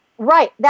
Right